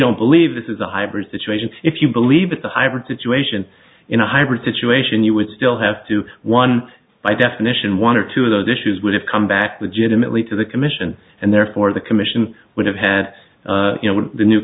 don't believe this is a hybrid situation if you believe that the hybrid situation in a hybrid situation you would still have to one by definition one or two of those issues would have come back to jim it lead to the commission and therefore the commission would have had you know the new